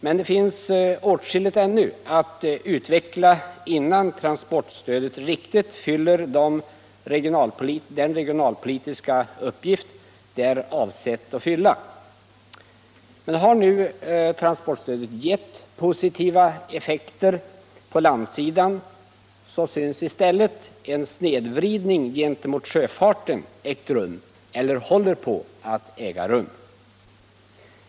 Men det finns ännu åtskilligt att göra innan transportstödet riktigt fyller den regionalpolitiska uppgift det är avsett att fylla. Transportstödet har visserligen givit positiva effekter för transporterna på landsidan, men en snedvridning har i stället ägt rum -— eller håller på att äga rum -— för sjöfarten.